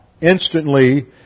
Instantly